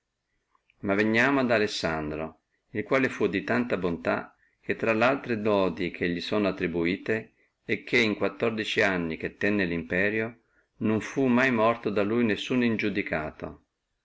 ma vegniamo ad alessandro il quale fu di tanta bontà che intra le altre laude che li sono attribuite è questa che in quattordici anni che tenne limperio non fu mai morto da lui alcuno iniudicato